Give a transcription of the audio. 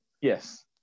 Yes